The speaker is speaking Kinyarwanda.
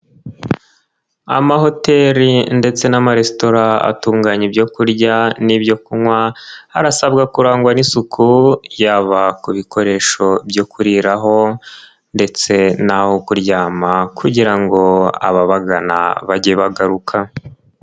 Amahoteri ndetse n'amaresitora atunganya ibyo kurya n'ibyo kunywa arasabwa kurangwa n'isuku yaba ku bikoresho byo kuriraho ndetse naho kuryama kugira ngo ababagana bajye bagaruka.